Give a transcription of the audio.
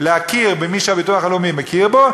להכיר במי שהביטוח הלאומי מכיר בו,